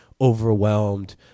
overwhelmed